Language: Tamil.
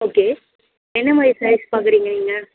ஓகே என்ன மாதிரி ஸேரீஸ் பார்க்குறீங்க நீங்கள்